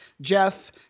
Jeff